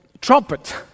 trumpet